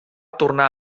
tornar